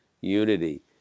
unity